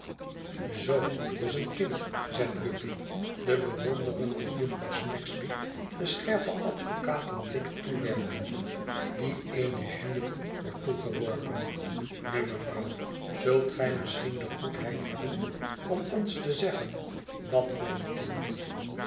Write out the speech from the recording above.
zoo dus een kind zegt guppy de bewonderende jufvrouw snagsby den scherpen advocaten blik toewerpende die eene jury wordt toegeworpen nu mevrouw zult gij misschien de goedheid hebben om ons te zeggen wat voor een kind